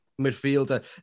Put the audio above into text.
midfielder